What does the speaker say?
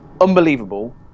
unbelievable